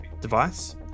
device